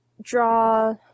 draw